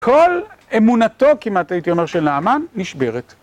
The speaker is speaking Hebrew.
כל אמונתו כמעט הייתי אומר של נעמן, נשברת.